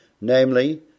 namely